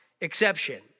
exception